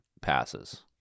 passes